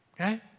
Okay